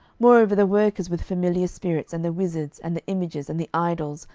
moreover the workers with familiar spirits, and the wizards, and the images, and the idols,